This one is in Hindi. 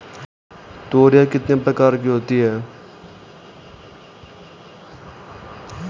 तोरियां कितने प्रकार की होती हैं?